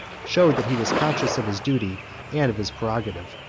showed that he was conscious of his duty and of his prerogative.